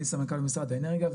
אני סמנכ"ל משרד האנרגיה,